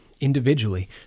individually